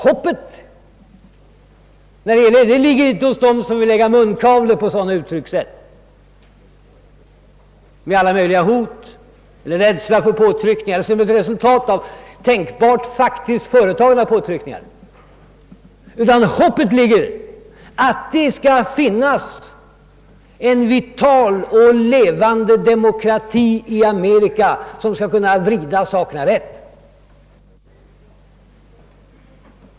Hoppet ligger inte hos dem som vill lägga munkavle på sådana uttryckssätt med alla möjliga hot om eller rädsla för påtryckningar, utan hoppet ligger i att det skall finnas en vital och levande demokrati i Amerika, som skall kunna vrida sakerna rätt.